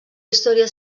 història